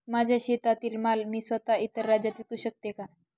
माझ्या शेतातील माल मी स्वत: इतर राज्यात विकू शकते का?